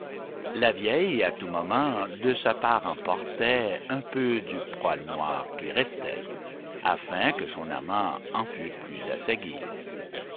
la vieille à tout moment de sa part emportait un peu du poil noir qui restait afin que son amant en fût plus à sa guise